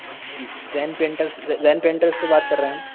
جی Zain painters Zain painters سے بات کر رہے ہیں ہم